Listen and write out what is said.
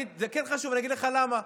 זה כן חשוב, אני אגיד לך למה: